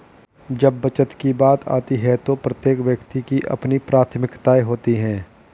जब बचत की बात आती है तो प्रत्येक व्यक्ति की अपनी प्राथमिकताएं होती हैं